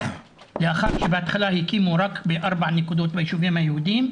לאחר שבהתחלה הקימו רק בארבעה נקודות בישובים היהודיים,